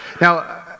Now